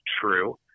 true